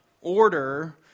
order